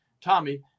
Tommy